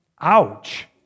Ouch